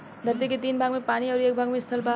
धरती के तीन भाग में पानी अउरी एक भाग में स्थल बा